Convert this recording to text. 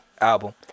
album